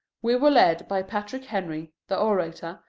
we were led by patrick henry, the orator,